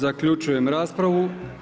Zaključujem raspravu.